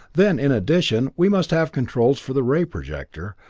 then, in addition, we must have controls for the ray projector,